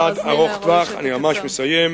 אני ממש מסיים.